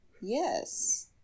Yes